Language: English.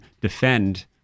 defend